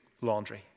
laundry